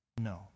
No